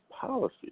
policy